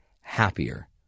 happier